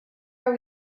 are